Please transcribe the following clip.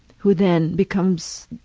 who then becomes,